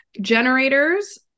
Generators